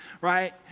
Right